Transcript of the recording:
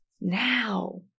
now